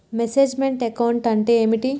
Manage meant account అంటే ఏమిటి?